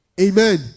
Amen